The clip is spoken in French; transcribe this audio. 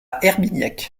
herbignac